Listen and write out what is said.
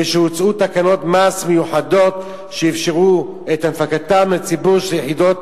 כשהוצאו תקנות מס מיוחדות שאפשרו את הפקתן לציבור של יחידות